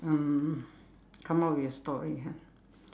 hmm come up with a story ha